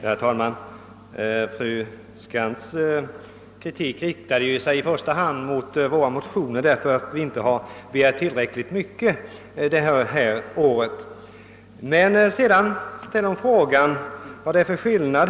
Herr talman! Fru Skantz” kritik riktade sig i första hand mot att vi i våra motioner inte har begärt tillräckligt mycket i år. Men sedan frågade hon vad det är för skillnad.